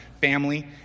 family